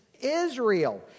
Israel